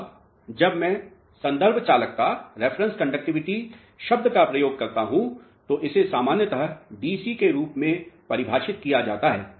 अब जब मैं संदर्भ चालकता शब्द का उपयोग करता हूं तो इसे सामान्यतः डीसी के रूप में परिभाषित किया जाता है